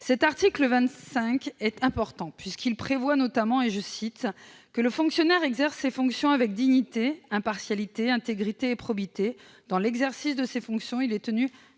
Cet article 25 est important. Il prévoit notamment que le fonctionnaire « exerce ses fonctions avec dignité, impartialité, intégrité et probité »; que « dans l'exercice de ses fonctions, il est tenu